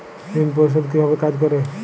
ঋণ পরিশোধ কিভাবে কাজ করে?